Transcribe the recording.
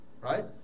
right